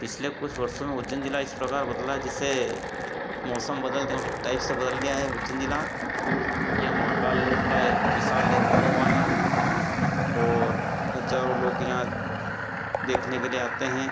पिछले कुछ वर्षों में उज्जैन जिला इस प्रकार बदला है जैसे मौसम बदलते हैं उस टाइप से बदल गया है उज्जैन जिला यहाँ महाकाल लोक का विशाल निर्माण हुआ है और हजारों लोग यहाँ देखने के लिए आते हैं